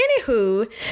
anywho